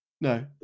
No